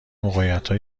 موقعیت